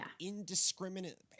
indiscriminate